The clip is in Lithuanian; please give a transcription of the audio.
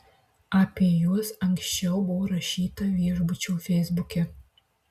apie juos anksčiau buvo rašyta viešbučio feisbuke